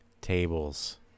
Tables